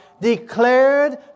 declared